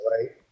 right